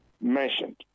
mentioned